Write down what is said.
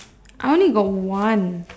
I only got one